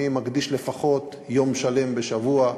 אני מקדיש לפחות יום שלם בשבוע,